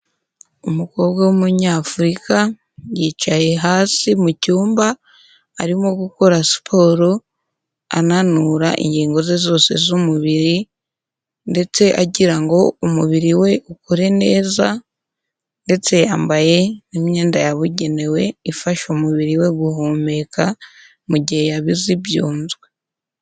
Umukobwa wumunyafurika yicaye hasi mucyumba arimo gukora siporo ananura ingingo ze zose zumubiri ndetse agira ngo umubiri we ukore neza ndetse yambaye n'imyenda yabugenewe ifasha umubiri we guhumeka mugihe yabize byunzwe.